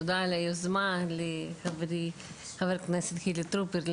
תודה על היוזמה לחברי ח"כ חילי טרופר,